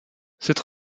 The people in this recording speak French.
cette